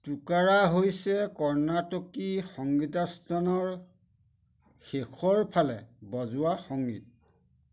টুকাড়া হৈছে কৰ্ণাটকী সংগীতানুষ্ঠানৰ শেষৰ ফালে বজোৱা সংগীত